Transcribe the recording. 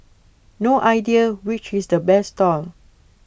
no idea which is the best stall